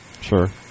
sure